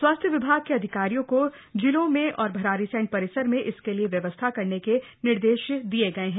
स्वास्थ्य विभाग का अधिकारियों को जिलों में और भराड़ीसैंण परिसर में इसका लिए व्यवस्था करन क निर्देश दिय गए हैं